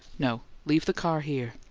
no, leave the car here.